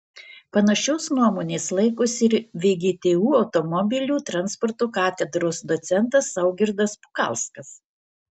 panašios nuomonės laikosi ir vgtu automobilių transporto katedros docentas saugirdas pukalskas